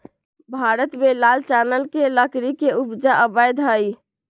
भारत में लाल चानन के लकड़ी के उपजा अवैध हइ